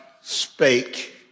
spake